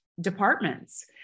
departments